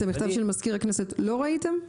את המכתב של מזכיר הכנסת לא ראיתם?